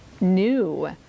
new